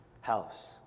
house